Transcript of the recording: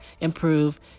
improve